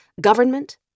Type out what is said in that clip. government